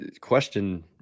question